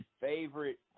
favorite